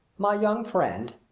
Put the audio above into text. my young friend,